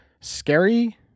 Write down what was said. scary